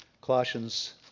Colossians